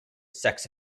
sex